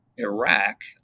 Iraq